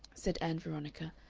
said ann veronica,